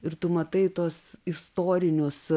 ir tu matai tuos istorinius